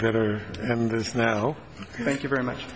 better and there's no thank you very much